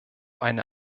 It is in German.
eine